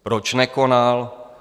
Proč nekonal?